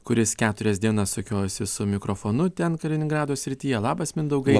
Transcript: kuris keturias dienas sukiojosi su mikrofonu ten kaliningrado srityje labas mindaugai